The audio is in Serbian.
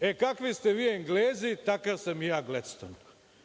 e, kakvi ste vi Englezi takav sam ja Gledston. Prema